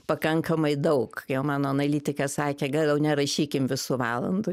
pakankamai daug jau mano analitikas sakė gal jau nerašykim visų valandų